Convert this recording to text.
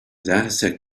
dataset